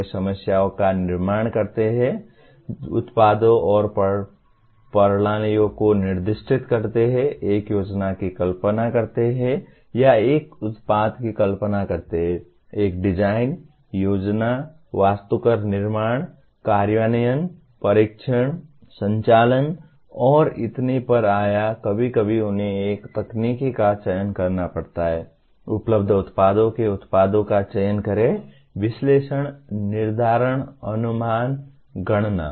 वे समस्याओं का निर्माण करते हैं उत्पादों और प्रणालियों को निर्दिष्ट करते हैं एक योजना की कल्पना करते हैं या एक उत्पाद की कल्पना करते हैं एक डिजाइन योजना वास्तुकार निर्माण कार्यान्वयन परीक्षण संचालन और इतने पर या कभी कभी उन्हें एक तकनीक का चयन करना पड़ता है उपलब्ध उत्पादों के उत्पादों का चयन करें विश्लेषण निर्धारण अनुमान गणना